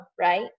right